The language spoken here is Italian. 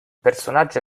personaggio